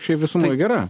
šiaip visumoj gera